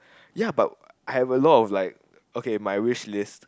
ya but I have a lot of like okay my wishlist